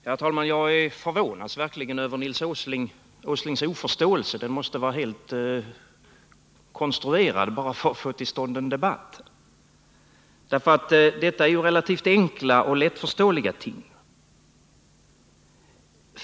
Herr talman! Jag förvånas verkligen över Nils Åslings oförståelse. Den måste vara helt konstruerad bara för att få till stånd en debatt, därför att detta är ju relativt enkla och lättförståeliga ting.